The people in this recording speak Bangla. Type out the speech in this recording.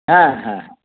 হ্যাঁ হ্যাঁ